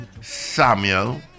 Samuel